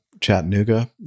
Chattanooga